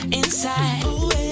inside